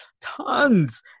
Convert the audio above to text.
Tons